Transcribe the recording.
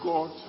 God